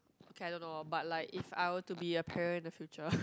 okay I don't know but like if I were to be a parent in the future